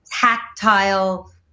tactile